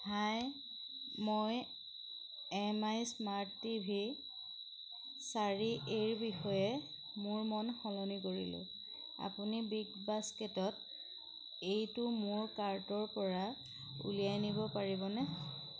হাই মই M I smart T V চাৰি এ ৰ বিষয়ে মোৰ মন সলনি কৰিলোঁ আপুনি বিগবাস্কেটত এইটো মোৰ কাৰ্টৰপৰা উলিয়াই নিব পাৰিবনে